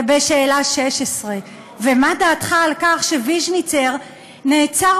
ובשאלה 16: ומה דעתך על כך שוויז'ניצר נעצר